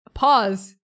pause